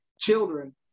children